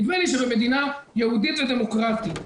נדמה לי שבמדינה יהודית ודמוקרטית,